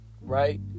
Right